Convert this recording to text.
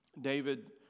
David